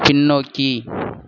பின்னோக்கி